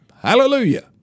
hallelujah